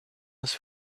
his